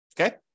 Okay